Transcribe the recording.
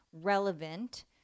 relevant